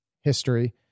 history